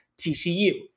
TCU